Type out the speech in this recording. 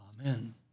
Amen